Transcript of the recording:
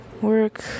Work